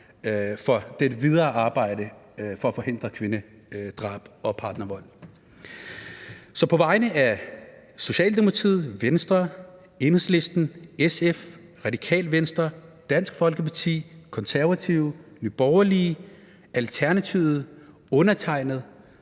for det videre arbejde med at forhindre kvindedrab og partnervold. På vegne af Socialdemokratiet, Venstre, Enhedslisten, SF, Radikale Venstre, Dansk Folkeparti, Det Konservative Folkeparti, Nye Borgerlige og Alternativet vil jeg